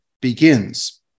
begins